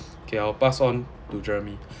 okay I'll pass on to jeremy